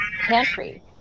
pantry